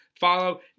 follow